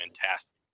fantastic